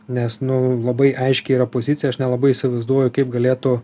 nes nu labai aiški yra pozicija aš nelabai įsivaizduoju kaip galėtų